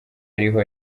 ariho